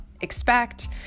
expect